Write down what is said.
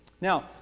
Now